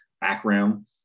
background